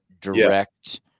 direct